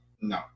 No